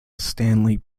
stanley